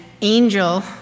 Angel